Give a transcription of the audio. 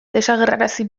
desagerrarazi